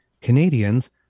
Canadians